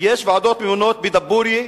יש ועדות ממונות בדבורייה,